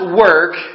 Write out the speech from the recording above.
work